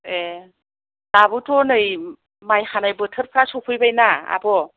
ए दाबोथ' नै माइ हानाय बोथोरफ्रा सौफैबाय ना आब'